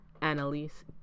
Annalise